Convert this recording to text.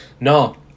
No